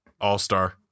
All-star